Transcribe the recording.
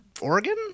Oregon